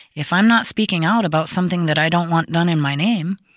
if i'm not speaking out about something that i don't want done in my name,